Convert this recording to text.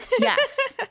Yes